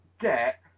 get